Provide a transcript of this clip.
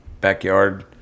backyard